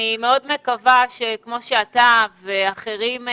אני מאוד מקווה שכמו שאתה ואחרים,